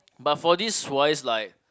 but for this wise like